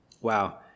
Wow